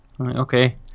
Okay